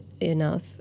enough